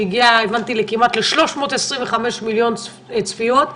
שהגיע לכמעט 325 מיליון צפיות,